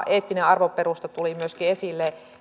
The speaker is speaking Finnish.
eettinen arvoperusta tuli myöskin